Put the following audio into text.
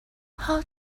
how